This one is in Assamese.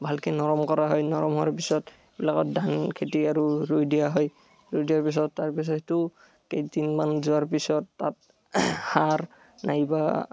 ভালকৈ নৰম কৰা হয় নৰম হোৱাৰ পিছত লগত ধান খেতি আৰু ৰুই দিয়া হয় ৰুই দিয়াৰ পিছত তাৰপিছত সেইটো কেইদিন মান যোৱাৰ পিছত তাত সাৰ নাইবা